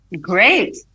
Great